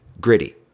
gritty